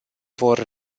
vor